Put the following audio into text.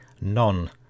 none